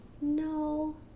No